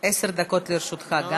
עשר דקות לרשותך.